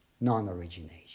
non-origination